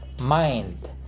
Mind